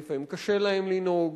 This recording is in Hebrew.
ולפעמים קשה להם לנהוג,